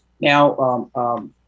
Now